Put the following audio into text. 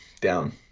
Down